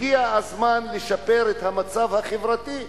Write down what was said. הגיע הזמן לשפר את המצב החברתי,